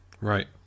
Right